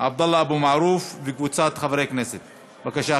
עבדאללה אבו מערוף וקבוצת חברי הכנסת.